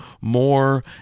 more